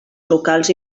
locals